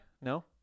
No